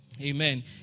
Amen